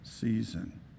season